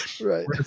right